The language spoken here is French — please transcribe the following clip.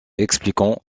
expliquant